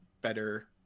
better